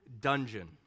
dungeon